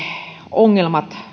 ongelmat